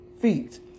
feet